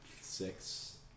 six